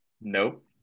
Nope